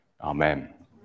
Amen